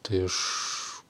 tai aš